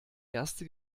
erste